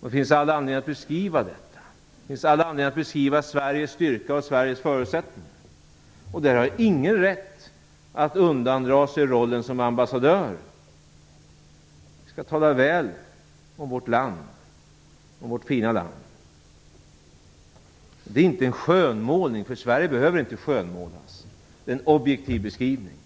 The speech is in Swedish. Det finns all anledning att beskriva detta. Det finns all anledning att beskriva Sveriges styrka och Sveriges förutsättningar. Ingen har rätt att undandra sig rollen som ambassadör. Vi skall tala väl om vårt fina land! Det handlar inte om en skönmålning, det behöver inte Sverige, utan om en objektiv beskrivning.